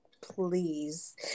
Please